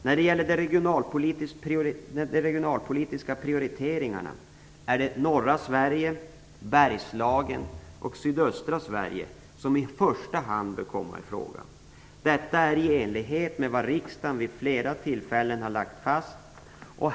När det gäller de regionalpolitiska prioriteringarna är det norra Sverige, Bergslagen och sydöstra Sverige som i första hand bör komma i fråga. Detta är i enlighet med vad riksdagen vid flera tillfällen har lagt fast.